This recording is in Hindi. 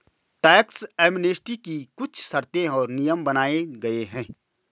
टैक्स एमनेस्टी की कुछ शर्तें और नियम बनाये गये हैं